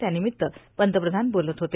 त्यानिमित्त पंतप्रधान बोलत होते